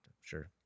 sure